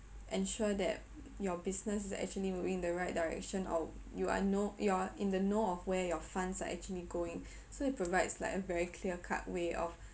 ensure that your business is actually moving in the right direction or you are no you're in the know of where your funds are actually going so it provides like a very clear-cut way of